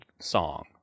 song